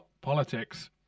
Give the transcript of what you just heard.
Politics